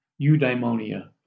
eudaimonia